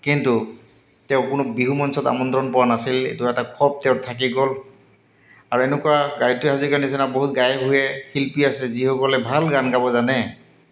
কিন্তু তেওঁ কোনো বিহু মঞ্চত আমন্ত্ৰণ পোৱা নাছিল এইটো এটা খভ তেওঁৰ থাকি গ'ল আৰু এনেকুৱা গায়িত্ৰী হাজৰিকাৰ নিচিনা বহুত গাঁৱে ভূঞে শিল্পী আছে যিসকলে ভাল গান গাব জানে